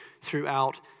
throughout